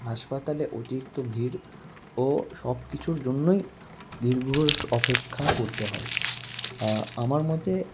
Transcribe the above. হাসপাতালে অতিরিক্ত ভিড় ও সব কিছুর জন্যই দীর্ঘ অপেক্ষা করতে হয় আমার মতে